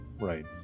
Right